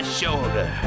shoulder